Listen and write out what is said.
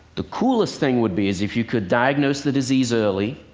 the coolest thing would be is if you could diagnose the disease early,